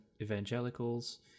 evangelicals